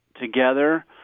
together